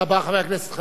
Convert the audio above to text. חבר הכנסת חנין.